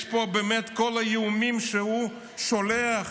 כל האיומים שהוא שולח,